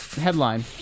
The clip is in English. Headline